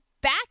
back